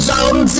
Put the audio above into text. Zone